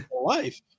life